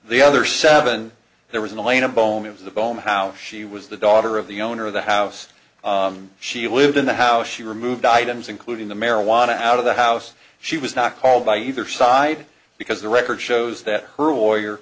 the other seven there was a lane a bone of the bone how she was the daughter of the owner of the house she lived in the house she removed items including the marijuana out of the house she was not called by either side because the record shows that her lawyer